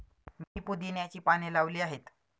मी पुदिन्याची पाने लावली आहेत